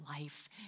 life